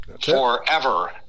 forever